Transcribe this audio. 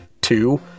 two